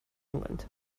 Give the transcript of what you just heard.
england